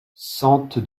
sente